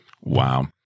Wow